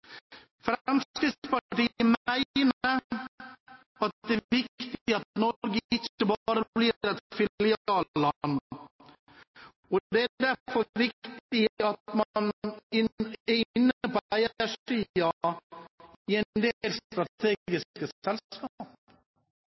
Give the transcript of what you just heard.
at det er viktig at Norge ikke bare blir et filialland. Det er derfor viktig at man er inne på eiersiden i en del strategiske selskaper. Men det